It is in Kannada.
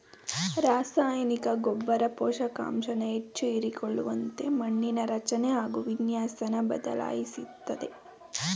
ರಸಾಯನಿಕ ಗೊಬ್ಬರ ಪೋಷಕಾಂಶನ ಹೆಚ್ಚು ಇರಿಸಿಕೊಳ್ಳುವಂತೆ ಮಣ್ಣಿನ ರಚನೆ ಹಾಗು ವಿನ್ಯಾಸನ ಬದಲಾಯಿಸ್ತದೆ